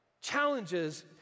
challenges